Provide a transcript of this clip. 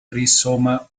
rizoma